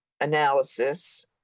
analysis